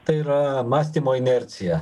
tai yra mąstymo inercija